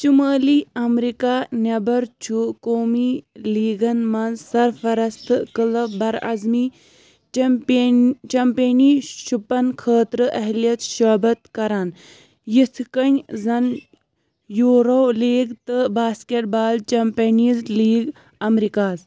شُمٲلی امریکہ نٮ۪بر چھُ قومی لیٖگن منٛز سرفہرست کلب براعظمی چیمپ چمپینی شپن خٲطرٕ اہلیت شٲبت كران یِتھ کٔنۍ زن یورو لیٖگ تہٕ basketball champions league Americas